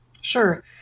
Sure